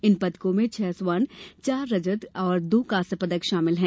इन पदकों में छह स्वर्ण चार रजत और दो कांस्य शामिल है